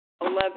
Eleven